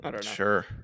Sure